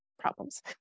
problems